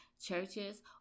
churches